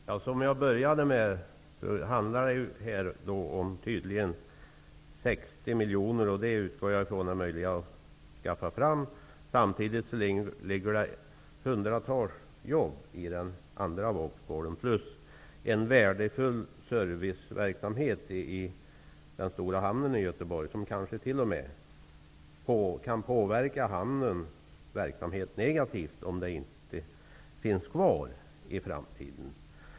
Herr talman! Som jag nämnde i början av denna interpellationsdebatt handlar det om 60 miljoner kronor. Jag utgår från att det är möjligt att skaffa fram dessa medel. I den andra vågskålen ligger samtidigt hundratals jobb och en värdefull serviceverksamhet i Göteborgs stora hamn. Om den serviceverksamheten inte finns kvar i framtiden skulle kanske t.o.m. hamnen kunna påverkas negativt.